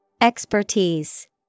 Expertise